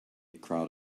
crowd